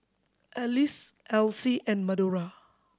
Alex Alcie and Madora